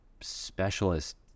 specialist